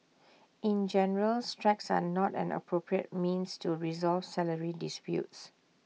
in general strikes are not an appropriate means to resolve salary disputes